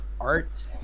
art